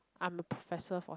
I'm the professor for